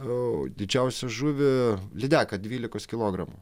didžiausią žuvį lydeką dvylikos kilogramų